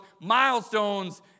milestones